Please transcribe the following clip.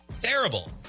Terrible